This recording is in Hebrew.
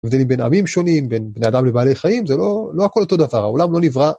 מבדילים בין עמים שונים, בין בני אדם לבעלי חיים, זה לא הכל אותו דבר, העולם לא נברא.